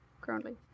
currently